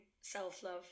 self-love